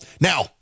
Now